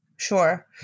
Sure